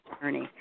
attorney